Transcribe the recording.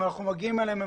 אנחנו מגיעים אליהם?